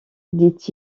dit